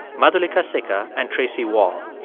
madhulika sikka and tracy wahl.